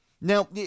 Now